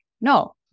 No